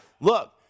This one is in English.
look